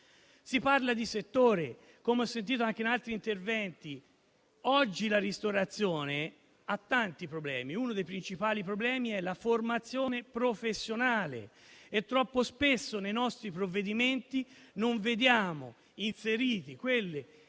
Si parla di settore, come ho sentito anche in altri interventi. Oggi la ristorazione ha tanti problemi. Uno dei principali problemi è la formazione professionale, ma troppo spesso nei nostri provvedimenti non vediamo inserite quelle